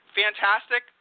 fantastic